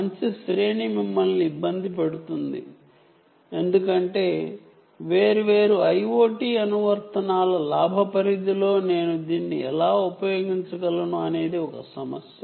ఇది మిమ్మల్ని ఇబ్బంది పెడుతుంది ఎందుకంటే వేర్వేరు IoT అప్లికేషన్స్ లో నేను దీన్ని ఎలా ఉపయోగించగలను గెయిన్ రేంజ్ అనేది ఒక సమస్య